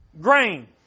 Grain